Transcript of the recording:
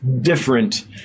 different